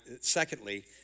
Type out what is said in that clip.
secondly